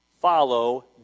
follow